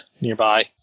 nearby